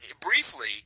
briefly